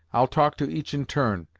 i'll talk to each in turn,